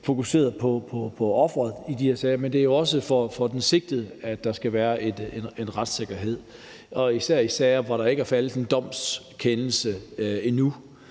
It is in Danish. fokuseret på offeret i de her sager, men det er jo også for den sigtede, at der skal være en retssikkerhed. Især i sager, hvor der ikke er faldet en domstolskendelse endnu,